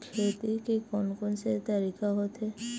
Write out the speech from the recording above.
खेती के कोन कोन से तरीका होथे?